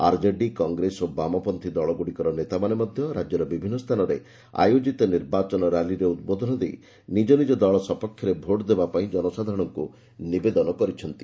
RJD Congress ଓ ବାମପନ୍ତ୍ରୀ ଦଳଗୁଡ଼ିକର ନେତାମାନେ ମଧ୍ୟ ରାଜ୍ୟର ବିଭିନ୍ନ ସ୍ଥାନରେ ଆୟୋଜିତ ନିର୍ବାଚନ ରାଲିରେ ଉଦ୍ବୋଧନ ଦେଇ ନିଜ ନିଜର ଦଳ ସପକ୍ଷରେ ଭୋଟ ଦେବା ପାଇଁ ଜନସାଧାରଣଙ୍କୁ ନିବେଦନ କରିଛନ୍ତି